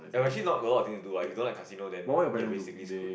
actually not a lot of things to do lah if you don't like casino then you're basically screwed